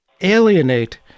alienate